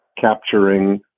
capturing